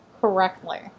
correctly